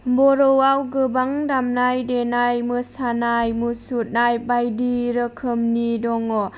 बर'आव गोबां दामनाय देनाय मोसानाय मुसुरनाय बायदि रोखोमनि दङ